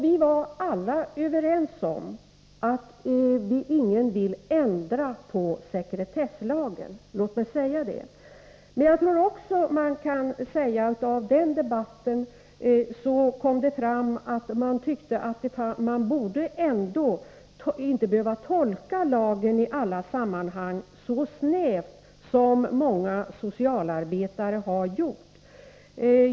Vi var alla överens om att ingen vill ändra på sekretesslagen. Jag tror också att det kan sägas att det av den debatten framkom att man tyckte att lagen inte i alla sammanhang borde behöva tolkas så snävt som många socialarbetare har gjort.